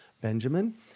Benjamin